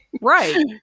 Right